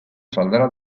saldrá